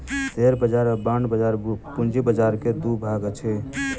share बाजार आ bond बाजार पूंजी बाजार के दू भाग अछि